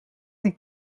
die